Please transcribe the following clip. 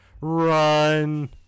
Run